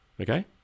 Okay